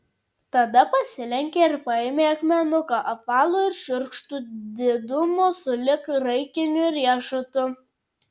tada pasilenkė ir paėmė akmenuką apvalų ir šiurkštų didumo sulig graikiniu riešutu